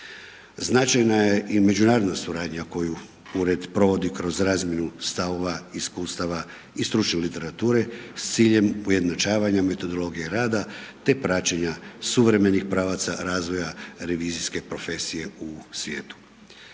Značajna je i međunarodna suradnja koju ured provodi kroz razmjenu stavova, iskustava i stručne literature s ciljem ujednačavanja metodologije rada te praćenja suvremenih pravaca razvoja revizijske profesije u svijetu.